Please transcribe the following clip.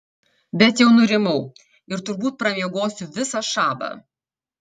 bet jau nurimau ir turbūt pramiegosiu visą šabą